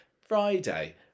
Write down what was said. Friday